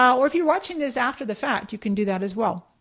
or if you're watching this after the fact, you can do that as well.